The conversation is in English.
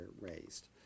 raised